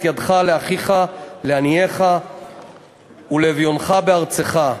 ידך לאחִיך לעניֶך ולאביֹנך בארצך".